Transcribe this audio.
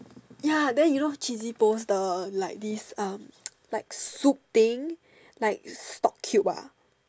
ya then you know cheesy post the like this uh like soup thing like stock cube ah